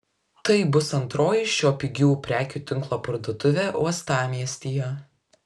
tai bus antroji šio pigių prekių tinklo parduotuvė uostamiestyje